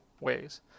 ways